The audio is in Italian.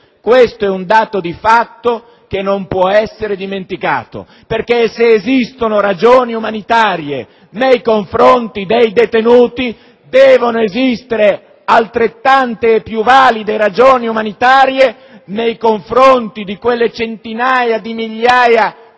Questo è un dato di fatto che non può essere dimenticato. Se esistono ragioni umanitarie nei confronti dei detenuti, devono esistere altrettante e più valide ragioni umanitarie nei confronti delle centinaia di migliaia